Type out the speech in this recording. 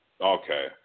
Okay